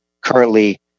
currently